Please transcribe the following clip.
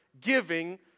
giving